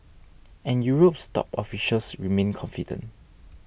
and Europe's top officials remain confident